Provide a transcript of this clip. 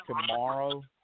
tomorrow